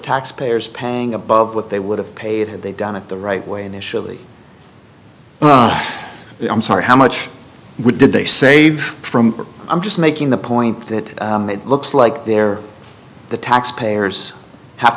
taxpayers paying above what they would have paid had they done it the right way initially i'm sorry how much did they save from i'm just making the point that it looks like they're the taxpayers have